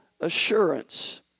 assurance